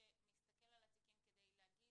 שמסתכל על התיקים כדי להגיד,